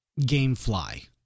Gamefly